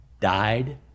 died